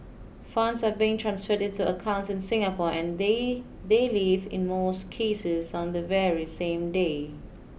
funds are being transferred into accounts in Singapore and they they leave in most cases on the very same day